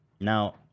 Now